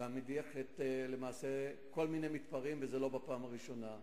והמדיח כל מיני מתפרעים, וזה לא בפעם הראשונה.